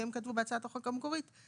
כי הם כתבו בהצעת החוק המקורית שקרן החוב.